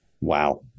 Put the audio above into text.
Wow